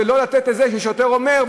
ולא לתת לזה ששוטר אומר,